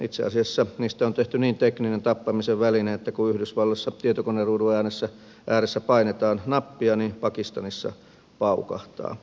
itse asiassa niistä on tehty niin tekninen tappamisen väline että kun yhdysvalloissa tietokoneruudun ääressä painetaan nappia niin pakistanissa paukahtaa